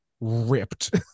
ripped